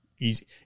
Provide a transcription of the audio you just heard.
easy